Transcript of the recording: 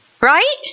Right